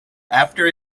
after